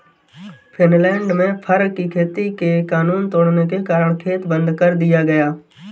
Finland में fur की खेती के कानून तोड़ने के कारण खेत बंद कर दिया गया